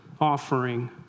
offering